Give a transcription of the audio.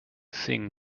sing